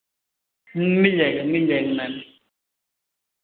मिल जाएगा मिल जाएगा मेम